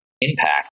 Impact